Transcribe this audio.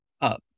up